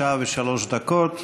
שעה ושלוש דקות,